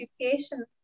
education